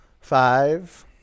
Five